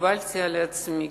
קיבלתי על עצמי,